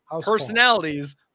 personalities